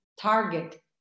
target